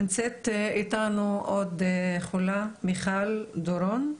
נמצאת איתנו עוד חולה, מיכל בר דורון.